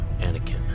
Anakin